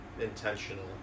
intentional